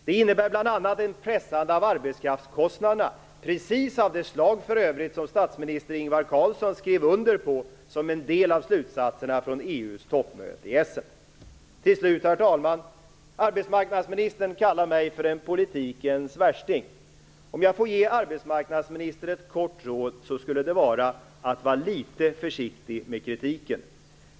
Det innebär bl.a. ett nedpressande av arbetskraftskostnaderna, för övrigt precis av det slag som statsminister Ingvar Carlsson skrev under på som en del av slutsatserna från EU:s toppmöte i Essen. Till sist, herr talman: Arbetsmarknadsministern kallar mig för en politikens värsting. Om jag får ge arbetsmarknadsministern ett kort råd skulle det lyda: Var litet försiktig med kritiken.